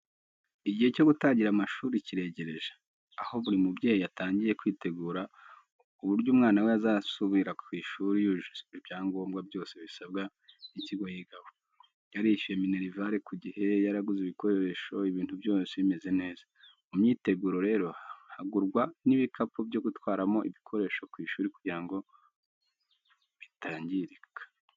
Igihe cyo gutangira amashuri kiregereje, aho buri mubyeyi atangiye kwitegura uburyo umwana we yazasubira ku ishuri yujuje ibyangombwa byose bisabwa n'ikigo yigaho, yarishyuye minerivare ku gihe, yaraguze ibikoresho ibintu byose bimeze neza. Mu kwitegura rero hagurwa n'ibikapu byo gutwaramo ibikoresho ku ishuri kugira ngo bitangirika.